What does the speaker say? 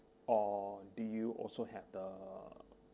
or do you also have the